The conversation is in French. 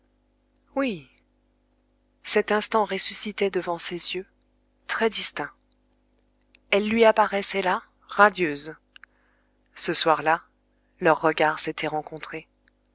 oui cet instant ressuscitait devant ses yeux très distinct elle lui apparaissait là radieuse ce soir-là leurs regards s'étaient rencontrés